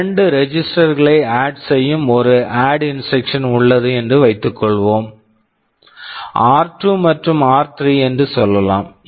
2 register register களை add add செய்யும் ஒரு ஆட் ADD இன்ஸ்ட்ரக்க்ஷன் instruction உள்ளது என்று வைத்துக்கொள்வோம் ஆர் 2 r2 மற்றும் ஆர்3 r3 என்று சொல்லலாம்